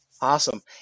Awesome